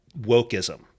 wokeism